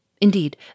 Indeed